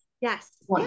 Yes